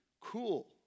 cool